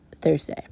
Thursday